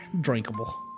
drinkable